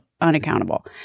Unaccountable